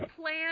plan